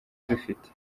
dufite